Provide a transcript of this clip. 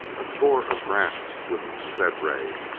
a score of graphs with the zed-ray.